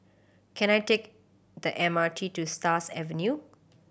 can I take the M R T to Stars Avenue